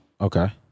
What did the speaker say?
Okay